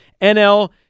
NL